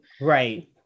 Right